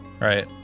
right